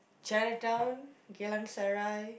Chinatown Geylang-Serai